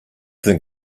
think